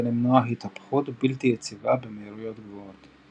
למנוע התהפכות בלתי יציבה במהירויות גבוהות.